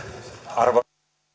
arvoisa